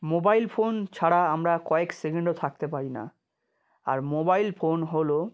mobile phone ছাড়া আমরা কয়েক সেকেন্ডও থাকতে পারি না আর মোবাইল ফোন হল